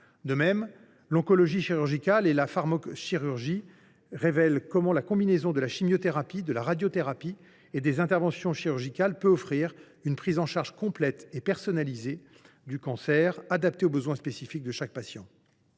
De même, l’oncologie chirurgicale et la pharmacochirurgie révèlent comment la combinaison de la chimiothérapie, de la radiothérapie et des interventions chirurgicales peut offrir une prise en charge complète et personnalisée du cancer, adaptée aux besoins spécifiques de chaque patient.